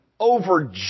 Over